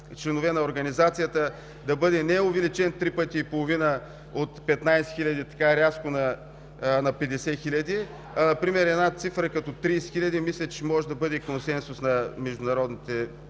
членове на организацията, да бъде не увеличен три пъти и половина – от 15 хиляди така рязко на 50 хиляди, а например една цифра като 30 хиляди, мисля, че ще може да бъде консенсусна между народните